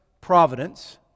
providence